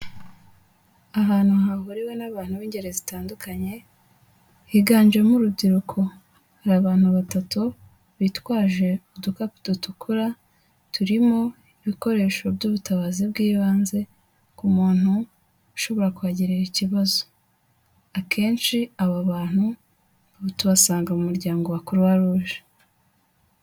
Ahantu hahuriwe n'abantu b'ingeri zitandukanye higanjemo urubyiruko, hari abantu batatu bitwaje udukapu dutukura turimo ibikoresho by'ubutabazi bw'ibanze ku muntu ushobora kuhagirira ikibazo, akenshi aba bantu tubasanga mu muryango wa croix rouge.